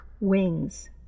wings